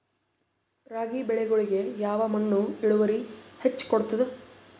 ರಾಗಿ ಬೆಳಿಗೊಳಿಗಿ ಯಾವ ಮಣ್ಣು ಇಳುವರಿ ಹೆಚ್ ಕೊಡ್ತದ?